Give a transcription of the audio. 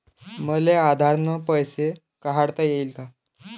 मले आधार न पैसे काढता येईन का?